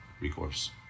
recourse